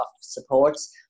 supports